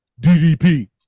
DDP